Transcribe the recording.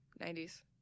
90s